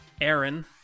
Aaron